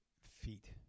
feet